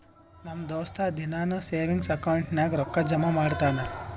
ನಮ್ ದೋಸ್ತ ದಿನಾನೂ ಸೇವಿಂಗ್ಸ್ ಅಕೌಂಟ್ ನಾಗ್ ರೊಕ್ಕಾ ಜಮಾ ಮಾಡ್ತಾನ